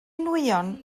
nwyon